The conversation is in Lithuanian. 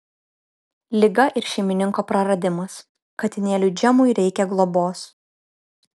liga ir šeimininko praradimas katinėliui džemui reikia globos